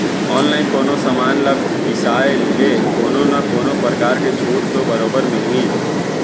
online कोनो समान ल बिसाय ले कोनो न कोनो परकार के छूट तो बरोबर मिलही